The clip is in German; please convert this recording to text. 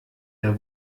der